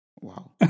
Wow